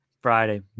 Friday